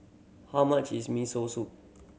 how much is Miso Soup